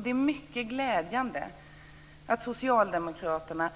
Det är mycket glädjande att Socialdemokraterna